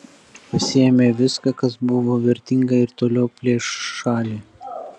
pasiėmė viską kas buvo vertinga ir toliau plėš šalį